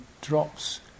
drops